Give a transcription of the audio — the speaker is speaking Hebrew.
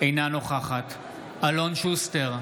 אינה נוכחת אלון שוסטר,